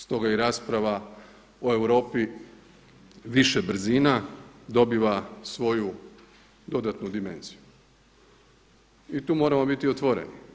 Stoga i rasprava o Europi više brzina dobiva svoju dodatnu dimenziju i tu moramo biti otvoreni.